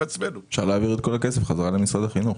אפשר להעביר את כל הכסף למשרד החינוך.